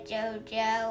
Jojo